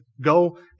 go